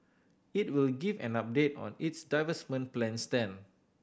it will give an update on its divestment plans then